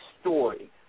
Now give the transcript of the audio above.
story